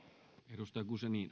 arvoisa